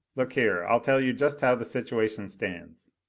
look here, i'll tell you just how the situation stands